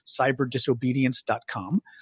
cyberdisobedience.com